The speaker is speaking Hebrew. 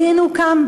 בדין הוקם,